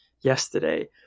yesterday